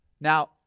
Now